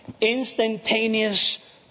instantaneous